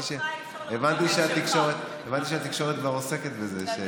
הבנתי שהתקשורת כבר עוסקת בזה,